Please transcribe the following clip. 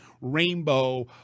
rainbow